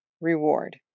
reward